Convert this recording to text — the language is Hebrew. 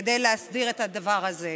כדי להסדיר את הדבר הזה.